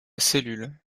cellule